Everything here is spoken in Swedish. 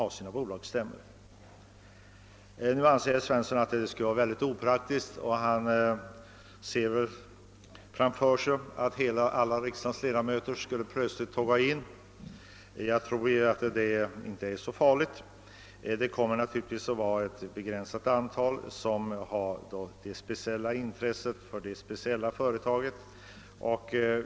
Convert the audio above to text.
Herr Svensson i Eskilstuna anser att detta skulle vara opraktiskt, och han ser väl framför sig att alla riksdagsledamöter plötsligt tågar in till en bolagsstämma. Jag tror inte att det skulle bli så farligt; det blir naturligtvis ett begränsat antal som har intresse för ett speciellt företag.